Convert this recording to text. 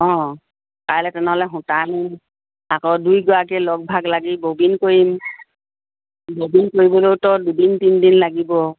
অঁ কাইলৈ তেনেহ'লে সূতা আনিম আকৌ দুয়োগৰাকীয়ে লগ ভাগ লাগি ববিন কৰিম ববিন কৰিবলৈয়োতো দুদিন তিনিদিন লাগিব